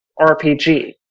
RPG